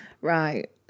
Right